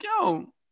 yo